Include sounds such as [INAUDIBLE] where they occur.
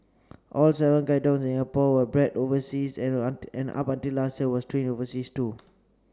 all seven guide dogs in Singapore were bred overseas and [UNINTELLIGIBLE] and up until last year were trained overseas too